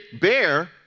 bear